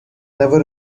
never